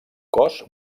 cos